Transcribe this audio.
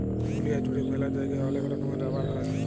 দুলিয়া জুড়ে ম্যালা জায়গায় ওলেক রকমের রাবার হ্যয়